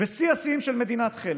ושיא השיאים של מדינת חלם.